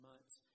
Months